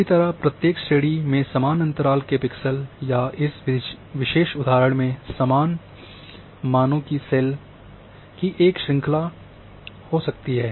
इसी तरह प्रत्येक श्रेणी में समान अंतराल के पिक्सेल या इस विशेष उदाहरण में समान मानों की सेल की एक शृंखला हो सकती है